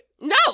No